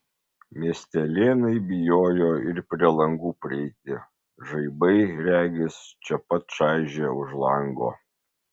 miestelėnai bijojo ir prie langų prieiti žaibai regis čia pat čaižė už lango